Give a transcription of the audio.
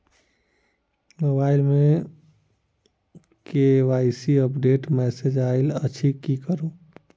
Mobile मे KYC update केँ message आइल अछि की करू?